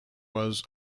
was